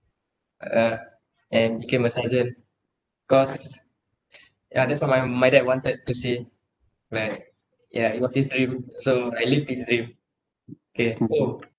uh and became a sergeant cause ya that's what my my dad wanted to see like ya it was his dream so I lived his dream K orh